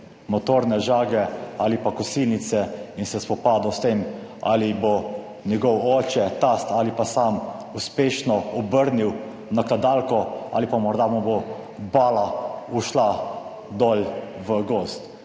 motorne žage ali pa kosilnice in se spopadel s tem ali bo njegov oče, tast ali pa sam uspešno obrnil nakladalko ali pa morda mu bo bala ušla dol v gozd.